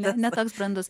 net ne toks brandus